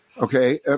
okay